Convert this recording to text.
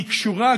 והיא קשורה,